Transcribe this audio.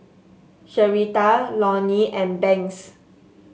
Sherita Lonny and Banks